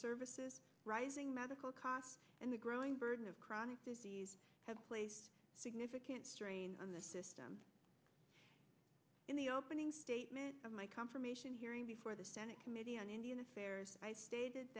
services rising medical costs and the growing burden of chronic disease have placed significant strain on the system in the opening statement of my confirmation hearing before the senate committee on indian affairs i stated